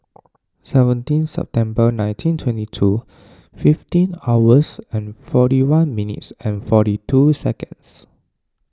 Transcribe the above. seventeen September nineteen twenty two fifteen hours and forty one minutes and forty two seconds